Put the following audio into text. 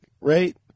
right